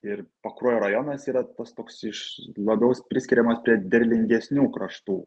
ir pakruojo rajonas yra tas toks iš labiaus priskiriamas prie derlingesnių kraštų